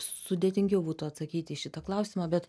sudėtingiau būtų atsakyti į šitą klausimą bet